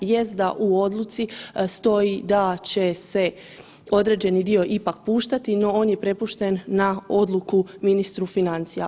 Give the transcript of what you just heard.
Jest da u odluci stoji da će se određeni dio ipak puštati, no on je prepušten na odluku ministru financija.